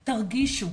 תרגישו'.